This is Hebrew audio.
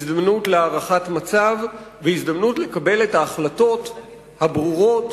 היא הזדמנות להערכת מצב והיא הזדמנות לקבל את ההחלטות הברורות,